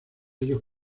ellos